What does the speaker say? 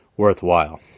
Worthwhile